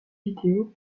vidéo